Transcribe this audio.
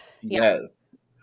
Yes